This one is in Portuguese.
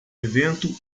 evento